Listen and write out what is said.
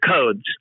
codes